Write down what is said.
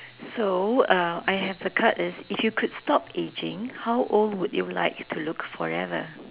so uh I have a card is if you could stop ageing how old would you like to look forever